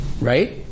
right